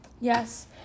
yes